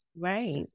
Right